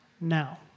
now